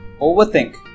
Overthink